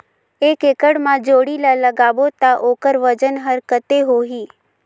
एक एकड़ मा जोणी ला लगाबो ता ओकर वजन हर कते होही?